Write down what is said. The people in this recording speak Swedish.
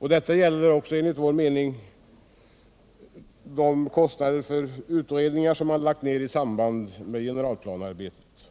Detta gäller enligt vår mening även för kostnader för utredningar som man gjort i samband med generalplanearbetet.